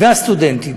והסטודנטים,